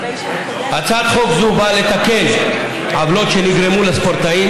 הצעת חוק זו באה לתקן עוולות שנגרמות לספורטאים